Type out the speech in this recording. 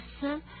sir